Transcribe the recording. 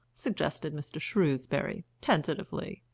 suggested mr. shrewsbury, tentatively.